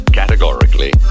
categorically